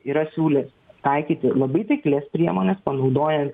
yra siūlęs taikyti labai taiklias priemones panaudojant